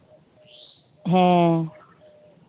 ᱦᱮᱸ